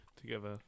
together